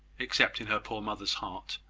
except in her poor mother's heart.